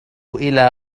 إلى